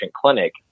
clinic